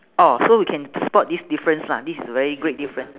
orh so we can spot this difference lah this is a very great different